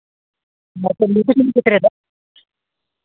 ᱦᱮᱸᱛᱚ ᱱᱤᱛᱚᱜ ᱫᱚᱢ ᱪᱮᱠᱟᱭᱮᱫᱟ